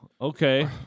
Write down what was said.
okay